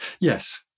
Yes